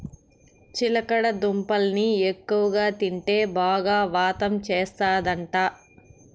చిలకడ దుంపల్ని ఎక్కువగా తింటే బాగా వాతం చేస్తందట